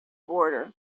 border